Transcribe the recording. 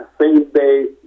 same-day